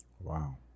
Wow